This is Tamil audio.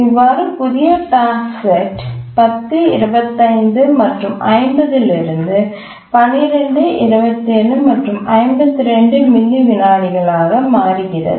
இவ்வாறு புதிய டாஸ்க்செட் 10 25 மற்றும் 50 இலிருந்து 12 27 மற்றும் 52 மில்லி விநாடிகளாக மாறுகிறது